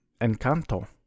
Encanto